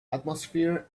atmosphere